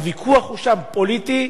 הוויכוח שם הוא פוליטי,